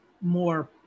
more